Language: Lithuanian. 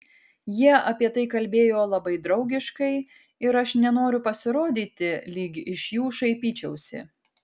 jie apie tai kalbėjo labai draugiškai ir aš nenoriu pasirodyti lyg iš jų šaipyčiausi